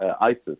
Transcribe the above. ISIS